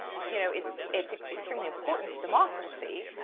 you know, it's it's extremely important to democracy,